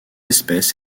espèce